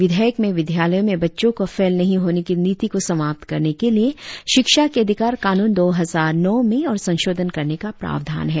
विधेयक में विद्यालयों में बच्चों को फेल नहीं करने की नीति को समाप्त करने के लिर शिक्षा के अधिकार कानून दो हजार नौ में और संशोधन करने का प्रावधान है